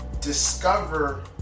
discover